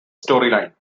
storyline